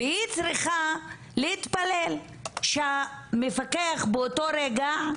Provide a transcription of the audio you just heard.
והיא צריכה להתפלל שהמפקח באותו רגע,